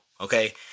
okay